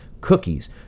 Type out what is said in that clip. cookies